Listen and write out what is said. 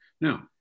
Now